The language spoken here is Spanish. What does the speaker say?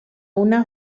una